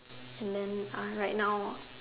then I right now